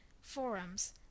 forums